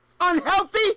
unhealthy